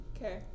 Okay